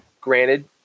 Granted